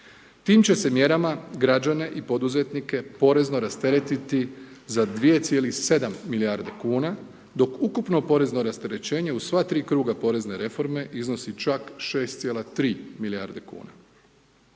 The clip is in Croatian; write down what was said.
Tim će se mjerama građane i poduzetnike porezno rastereti za 2,7 milijardi kn, dok ukupno porezno rasterećenje u sva 3 kruga porezne reforme iznosi čak 6,3 milijardi kn.